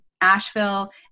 Asheville